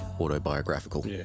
autobiographical